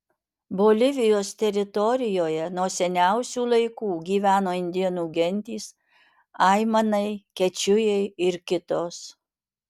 bolivijos teritorijoje nuo seniausių laikų gyveno indėnų gentys aimanai kečujai ir kitos